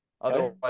otherwise